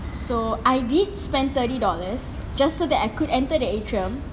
so I did spend thirty dollars just so that I could enter the atrium